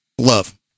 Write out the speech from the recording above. Love